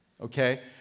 Okay